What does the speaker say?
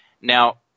Now